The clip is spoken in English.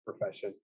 profession